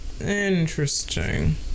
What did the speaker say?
Interesting